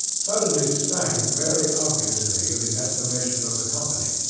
suddenly sank very obviously in the estimation of the company,